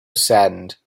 saddened